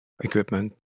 equipment